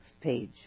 page